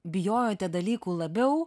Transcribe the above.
bijojote dalykų labiau